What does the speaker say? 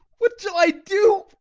what shall i do?